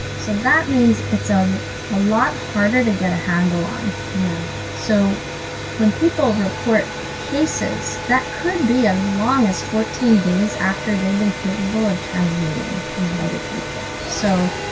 so that means it's so a lot harder to get a handle on. yeah so when people report cases, that could be as long as fourteen days after they've been capable of transmitting to and other people. so,